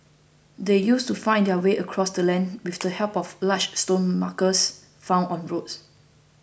they used to find their way across the land with the help of large stone markers found on roads